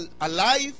alive